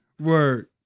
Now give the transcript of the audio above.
Word